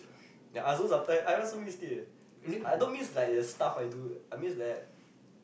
ya I also sometimes I also missed it eh I don't miss the stuff that I do I miss like